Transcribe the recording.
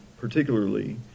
particularly